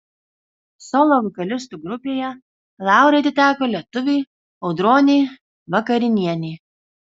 solo vokalistų grupėje laurai atiteko lietuvei audronei vakarinienei